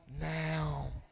now